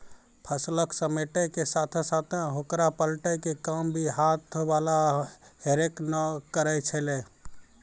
फसल क समेटै के साथॅ साथॅ होकरा पलटै के काम भी हाथ वाला हे रेक न करै छेलै